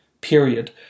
Period